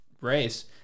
race